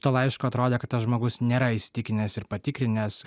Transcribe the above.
to laiško atrodė kad tas žmogus nėra įsitikinęs ir patikrinęs